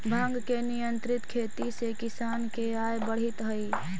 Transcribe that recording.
भाँग के नियंत्रित खेती से किसान के आय बढ़ित हइ